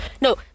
no